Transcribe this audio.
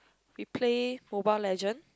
we play Mobile-Legend